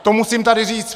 To musím tady říct!